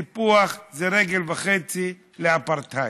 סיפוח זה רגל וחצי לאפרטהייד.